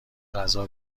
غذا